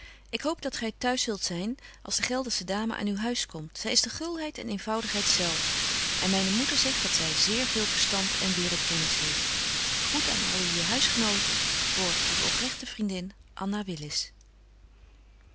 ik hoop dat gy t huis zyn zult als de geldersche dame aan uw huis komt zy is de gulheid en eenvoudigheid zelf en myne moeder zegt dat zy zeer veel verstand en waereldkennis heeft groet alle uwe huisgenoten voor uwe oprechte vriendin